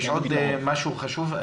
יש עוד משהו חשוב?